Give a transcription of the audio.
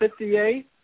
58